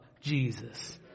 Jesus